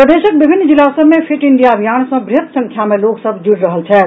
प्रदेशक विभिन्न जिला सभ मे फिट इंडिया अभियान सॅ बृहत् संख्या मे लोक सभ जुड़ि रहल छथि